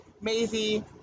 Maisie